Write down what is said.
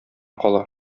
кала